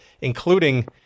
including